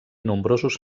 nombrosos